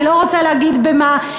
אני לא רוצה להגיד במה,